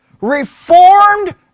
reformed